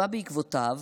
בא בעקבותיו